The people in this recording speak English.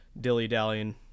dilly-dallying